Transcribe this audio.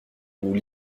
nous